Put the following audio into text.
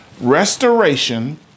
Restoration